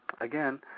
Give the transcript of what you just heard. again